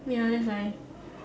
ya that's why